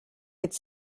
could